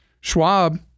Schwab